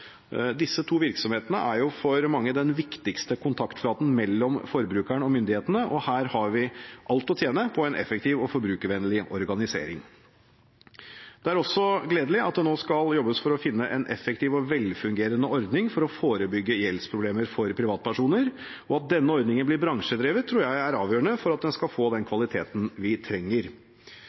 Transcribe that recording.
Disse to virksomhetene er for mange den viktigste kontaktflaten mellom forbrukeren og myndighetene, og her har vi alt å tjene på en effektiv og forbrukervennlig organisering. Det er også gledelig at det nå skal jobbes for å finne en effektiv og velfungerende ordning for å forebygge gjeldsproblemer for privatpersoner. At denne ordningen blir bransjedrevet, tror jeg er avgjørende for at den skal få den kvaliteten vi trenger.